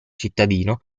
cittadino